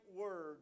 word